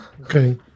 Okay